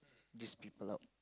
these people out